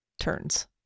turns